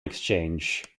exchange